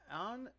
on